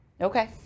Okay